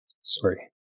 sorry